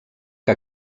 que